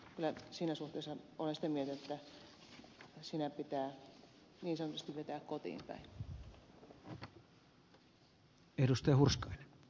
kyllä siinä suhteessa olen sitä mieltä että siinä pitää niin sanotusti vetää kotiin päin